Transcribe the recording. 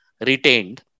retained